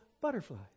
butterfly